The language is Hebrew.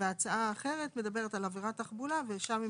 וההצעה האחרת מדברת על עבירת תחבולה, ושם היא